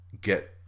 get